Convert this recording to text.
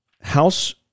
House